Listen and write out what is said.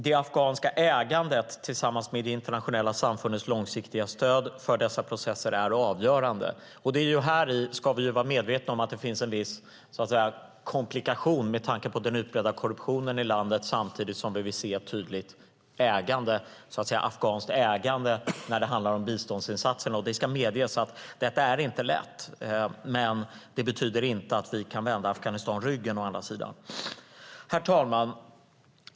Det afghanska ägandet tillsammans med det internationella samfundets långsiktiga stöd för dessa processer är avgörande. Här ska vi vara medvetna om att det finns en viss, så att säga, komplikation med tanke på den utbredda korruptionen i landet samtidigt som vi vill se ett tydligt afghanskt ägande när det handlar om biståndsinsatserna. Det ska medges att detta inte är lätt. Men det betyder å andra sidan inte att vi kan vända Afghanistan ryggen. Herr talman!